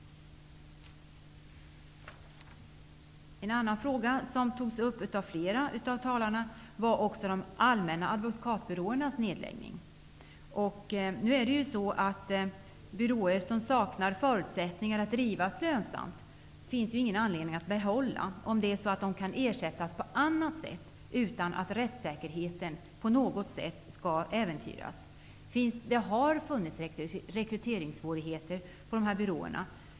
En annan fråga som togs upp av flera av de tidigare talarna är de allmänna advokatbyråernas nedläggning. De byråer som saknar förutsättningar för att drivas lönsamt finns det ingen anledning att behålla, om de kan ersättas på annat sätt utan att rättssäkerheten på något vis äventyras. Dessa byråer har haft rekryteringssvårigheter.